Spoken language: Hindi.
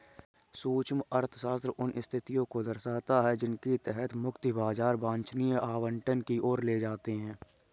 सूक्ष्म अर्थशास्त्र उन स्थितियों को दर्शाता है जिनके तहत मुक्त बाजार वांछनीय आवंटन की ओर ले जाते हैं